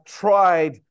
tried